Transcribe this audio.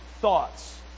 thoughts